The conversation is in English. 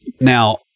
Now